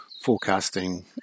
forecasting